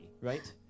right